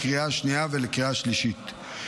לקריאה השנייה ולקריאה השלישית.